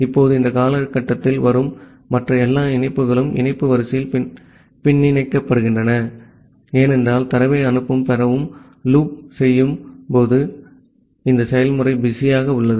இப்போது இந்த காலகட்டத்தில் வரும் மற்ற எல்லா இணைப்புகளும் இணைப்பு வரிசையில் பின்னிணைக்கப்பட்டுள்ளன ஏனென்றால் தரவை அனுப்பவும் பெறவும் லூப் செய்யும் போது இந்த செயல்முறை பிஸியாக உள்ளது